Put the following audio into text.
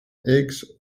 eggs